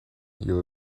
you